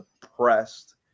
depressed